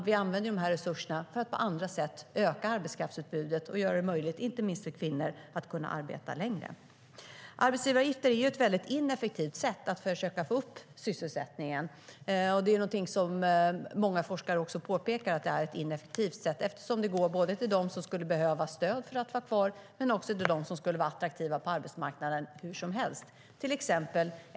Vi använder resurserna för att öka arbetskraftsutbudet på andra sätt och göra det möjligt för inte minst kvinnor att arbeta längre. Arbetsgivaravgifter är ett väldigt ineffektivt sätt att försöka få upp sysselsättningen. Många forskare påpekar att det är ineffektivt eftersom det går både till dem som skulle behöva stöd för att vara kvar och till dem som skulle vara attraktiva på arbetsmarknaden i vilket fall som helst.